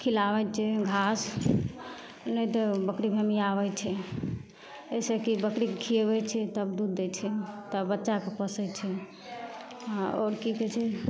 खिलाबै छै घास नहि तऽ बकरी भेमिआबै छै एहि सबचीज बकरीके खिएबै छै तब दूध दै छै तब बच्चाके पोसै छै हँ आओर कि कहै छै